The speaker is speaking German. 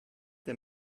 der